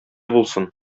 булсын